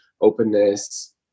openness